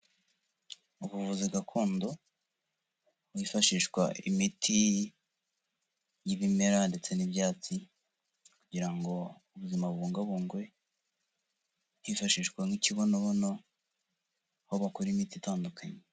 Ubuvuzi gakondo, hifashishwa imiti y'ibimera ndetse n'ibyatsi kugira ngo ubuzima bubungabungwe, hifashishwa nk'ikibonobono, aho bakora imiti itandukanye.